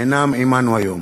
אינם עמנו היום.